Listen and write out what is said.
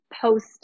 post